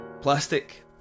plastic